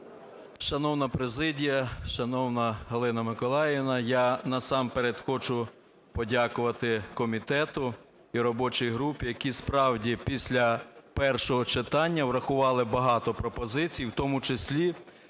Шановна президія, шановна Галина Миколаївна! Я насамперед хочу подякувати комітету і робочій групі, які, справді, після першого читання урахували багато пропозицій, в тому числі